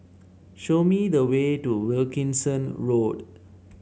show me the way to Wilkinson Road